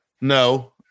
No